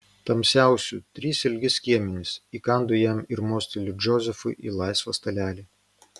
tamsiausių trys ilgi skiemenys įkandu jam ir mosteliu džozefui į laisvą stalelį